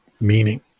meaning